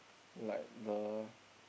like the